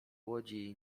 łodzi